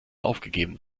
aufgegeben